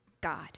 God